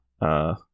Uh-